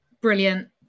Brilliant